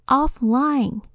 offline